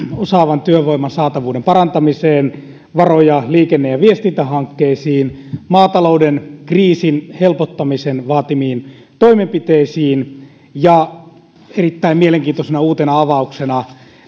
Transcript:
osaavan työvoiman saatavuuden parantamiseen liikenne ja viestintähankkeisiin ja maatalouden kriisin helpottamisen vaatimiin toimenpiteisiin ja erittäin mielenkiintoisena uutena avauksena